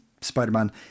Spider-Man